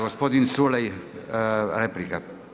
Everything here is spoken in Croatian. Gospodin Culej, replika.